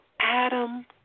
Adam